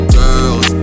girls